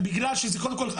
בגלל שזה קודם כל,